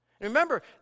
Remember